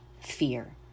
fear